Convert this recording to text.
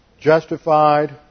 Justified